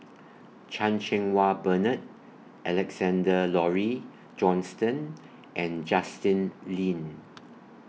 Chan Cheng Wah Bernard Alexander Laurie Johnston and Justin Lean